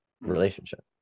relationship